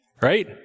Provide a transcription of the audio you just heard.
right